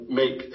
make